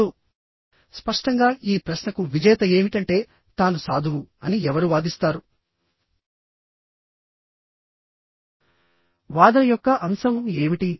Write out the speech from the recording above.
ఇప్పుడు స్పష్టంగా ఈ ప్రశ్నకు విజేత ఏమిటంటే తాను సాధువు అని ఎవరు వాదిస్తారు వాదన యొక్క అంశం ఏమిటి